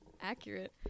accurate